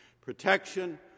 Protection